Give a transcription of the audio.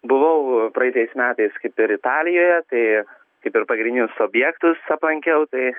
buvau praeitais metais kaip ir italijoje tai kaip ir pagrindinius objektus aplankiau tai